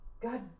god